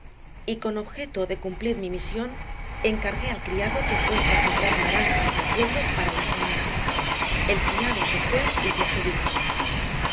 abiertas y con objeto de cumplir mi misión encargué al criado que fuese a comprar naranjas al pueblo para la señora el criado se fue y yo subí